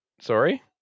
Sorry